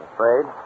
Afraid